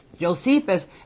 Josephus